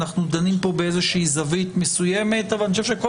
אנחנו דנים פה באיזו שהיא זווית מסוימת אבל אני חושב שכול